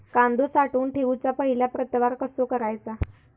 कांदो साठवून ठेवुच्या पहिला प्रतवार कसो करायचा?